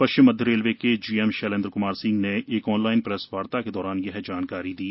पश्चिम मध्य रेलवे के जीएम शैलेंद्र कुमार सिंह ने एक ऑनलाइन प्रेसवार्ता के दौरान यह जानकारी दी